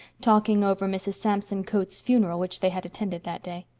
talking over mrs. samson coates' funeral, which they had attended that day.